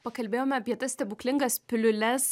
pakalbėjome apie tas stebuklingas piliules